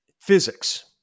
Physics